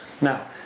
now